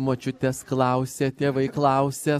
močiutės klausia tėvai klausia